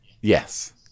Yes